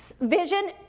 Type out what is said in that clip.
Vision